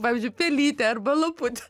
pavyzdžiui pelytė arba laputė